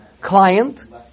client